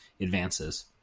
advances